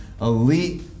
Elite